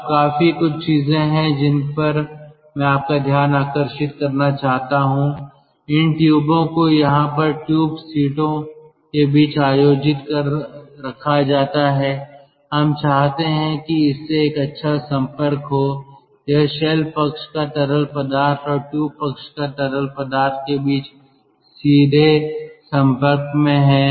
अब काफी कुछ चीजें हैं जिन पर मैं आपका ध्यान आकर्षित करना चाहता हूं इन ट्यूबों को यहां पर ट्यूब सीटों के बीच आयोजित कर रखा जाता है हम चाहते हैं कि इससे एक अच्छा संपर्क हो यह शेल पक्ष का तरल पदार्थ और ट्यूब पक्ष का तरल पदार्थ के बीच सीधे संपर्क में है